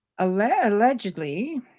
allegedly